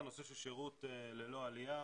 והנושא של שירות ללא עלייה,